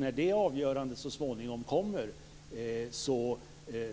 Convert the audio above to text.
När det avgörandet så småningom kommer